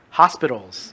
hospitals